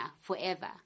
forever